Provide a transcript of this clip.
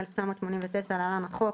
התש"ן 1989 (להלן- החוק),